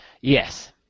Yes